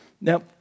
Now